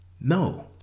no